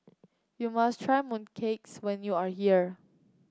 you must try mooncakes when you are here